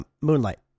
moonlight